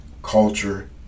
culture